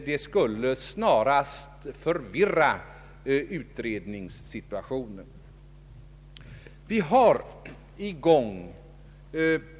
Det skulle snarast förvirra utredningssituationen.